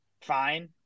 fine